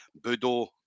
Budo